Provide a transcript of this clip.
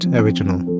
original